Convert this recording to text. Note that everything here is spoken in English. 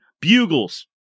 bugles